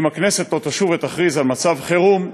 אם הכנסת לא תשוב ותכריז על מצב חירום,